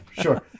Sure